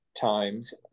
times